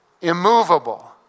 immovable